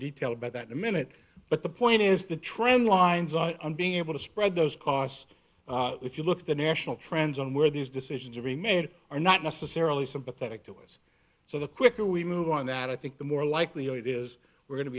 detail about that a minute but the point is the trend lines are being able to spread those costs if you look at the national trends on where these decisions are being made are not necessarily sympathetic to us so the quicker we move on that i think the more likely it is we're going to